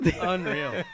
unreal